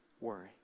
worry